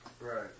Right